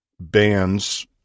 Bands